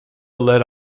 led